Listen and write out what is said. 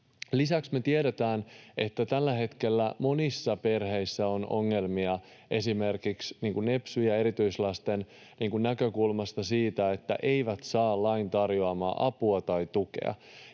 Lisäksi me tiedetään, että tällä hetkellä monissa perheissä on ongelmia esimerkiksi nepsy- ja erityislasten näkökulmasta siinä, että he eivät saa lain tarjoamaa apua tai tukea.